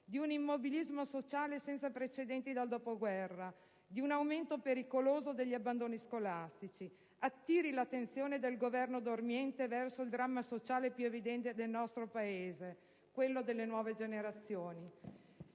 di un immobilismo sociale senza precedenti dal dopoguerra e di un aumento pericoloso degli abbandoni scolastici. Attiri l'attenzione del Governo dormiente verso il dramma sociale più evidente del nostro Paese: quello delle nuove generazioni.